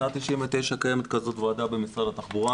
משנת 99' קיימת כזאת ועדה במשרד התחבורה,